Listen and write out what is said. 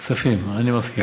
כספים, אני מסכים.